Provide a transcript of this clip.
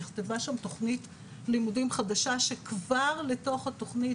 נכתבה שם תוכנית לימודים חדשה שכבר לתוך התוכנית,